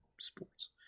sports